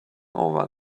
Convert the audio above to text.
over